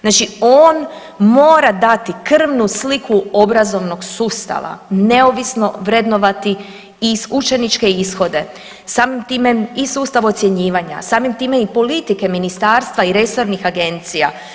Znači on mora dati krvnu sliku obrazovnog sustava, neovisno vrednovati i učeničke ishode, samim time i sustav ocjenjivanja, samim time i politike Ministarstva i resornih agencija.